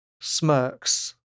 smirks